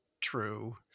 true